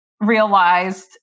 Realized